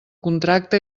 contracte